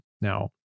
Now